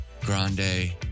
Grande